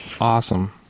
Awesome